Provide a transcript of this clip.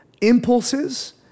impulses